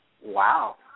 Wow